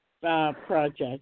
project